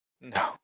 No